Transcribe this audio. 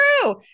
true